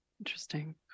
Interesting